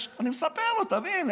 אני מספר לו: תבין,